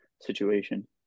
situation